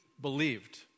believed